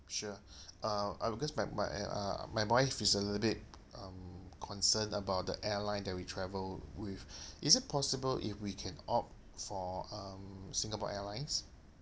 sure uh I because my my uh my wife is a little bit um concerned about the airline that we travel with is it possible if we can opt for um singapore airlines